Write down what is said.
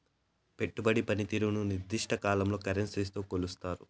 పెట్టుబడి పనితీరుని నిర్దిష్ట కాలంలో కరెన్సీతో కొలుస్తారు